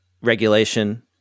regulation